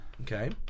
Okay